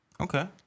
Okay